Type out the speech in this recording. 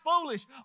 foolish